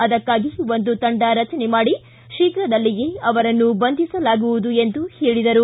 ಅದಕ್ಕಾಗಿ ಒಂದು ತಂಡ ರಚನೆ ಮಾಡಿ ಶೀಘ್ರದಲ್ಲಿಯೇ ಅವರನ್ನು ಬಂಧಿಸಲಾಗುವುದು ಎಂದರು